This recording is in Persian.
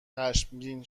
خشمگین